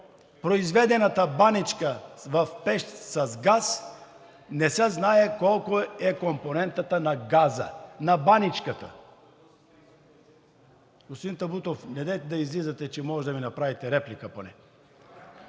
произведената баничка в пещ с газ не се знае колко е компонентата на газа на баничката. Господин Табутов, недейте да излизате, че можете да ми направите реплика поне.